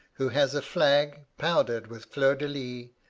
who has a flag, powdered with fleurs-de-lys,